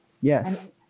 Yes